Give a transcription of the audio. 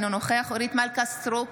אינו נוכח אורית מלכה סטרוק,